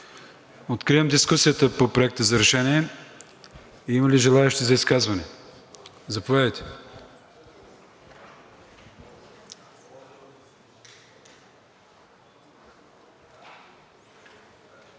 Откривам дискусията по Проекта за решение. Има ли желаещи за изказване? Заповядайте.